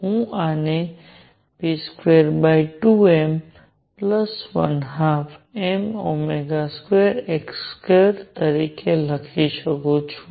હું આને p22m12m2x2 તરીકે લખી શકું છું